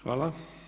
Hvala.